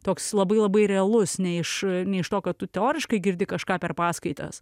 toks labai labai realus ne iš ne iš to ką tu teoriškai girdi kažką per paskaitas